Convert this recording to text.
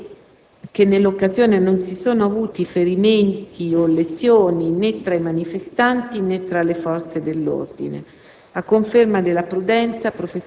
Preciso, infatti, che nell'occasione non si sono avuti ferimenti o lesioni né tra i manifestanti, né tra le forze dell'ordine,